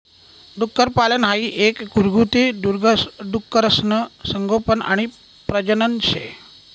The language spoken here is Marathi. डुक्करपालन हाई एक घरगुती डुकरसनं संगोपन आणि प्रजनन शे